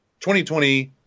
2020